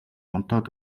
унтаад